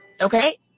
Okay